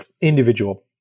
individual